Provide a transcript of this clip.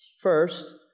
First